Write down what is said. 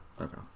Okay